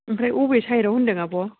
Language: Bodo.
आमफ्राय अबे साइडआव होनदों आब'